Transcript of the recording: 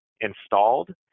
installed